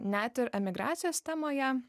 net ir emigracijos temoje